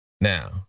Now